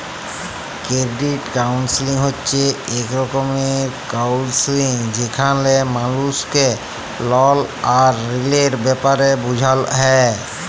credit counselling হছে ইক রকমের কাউলসেলিংযেখালে মালুসকে লল আর ঋলের ব্যাপারে বুঝাল হ্যয়